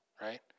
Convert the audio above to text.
right